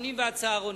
המשפחתונים והצהרונים".